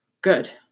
Good